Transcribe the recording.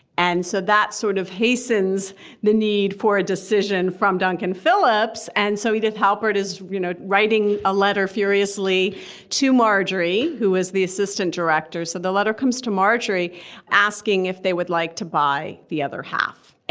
and so that sort of hastens the need for a decision from duncan phillips. and so he did. halpert is you know writing a letter furiously to marjorie, who is the assistant director. so the letter comes to marjorie asking if they would like to buy the other half.